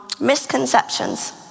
misconceptions